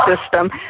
system